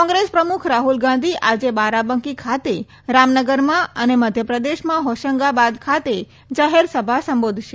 કોંગ્રેસ પ્રમુખ રાહુલ ગાંધી આજે બારાબાકી ખાતે રામનગરમાં અને મધ્યપ્રદેશમાં હોશંગાબાદ ખાતે જાહેરસભા સંબોધશે